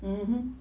mmhmm hmm